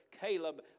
Caleb